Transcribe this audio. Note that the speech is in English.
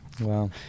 wow